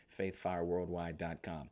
faithfireworldwide.com